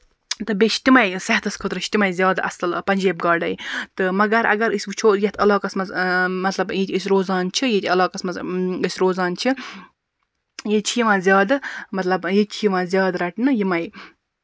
تہٕ بیٚیہِ چھِ تِمَے صحتَس خٲطرٕ چھِ تِمَے زیادٕ اَصٕل پَنجٲبۍ گاڈَے تہٕ مَگر اَگر أسۍ وُچھو یَتھ علاقَس منٛز مطلب ییٚتہِ أسۍ روزان چھِ یِتہِ علاقَس منٛز أسۍ روزان چھِ ییٚتہِ چھِ یِوان زیادٕ مطلب ییٚتہِ چھِ یِوان زیادٕ رَٹنہٕ یِمَے